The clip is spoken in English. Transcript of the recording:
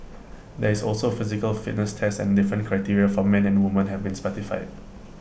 there is also A physical fitness test and different criteria for men and women have been specified